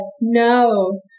no